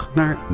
naar